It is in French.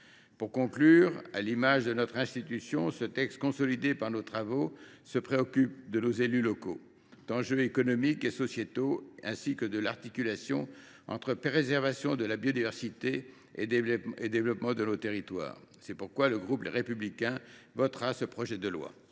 Pour conclure, à l’image de notre institution, ce texte, consolidé par nos travaux, se préoccupe de nos élus locaux et d’enjeux économiques et sociétaux, ainsi que de l’articulation entre la préservation de la biodiversité et le développement de nos territoires. C’est pourquoi le groupe Les Républicains le votera. La parole est